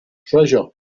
treasure